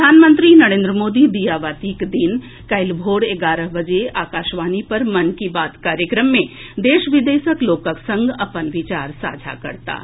प्रधानमंत्री नरेन्द्र मोदी दीयाबाती दिन काल्हि भोर एगारह बजे आकाशवाणी पर मन की बात कार्यक्रम मे देश विदेशक लोकक संग अपन विचार साझा करताह